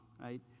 right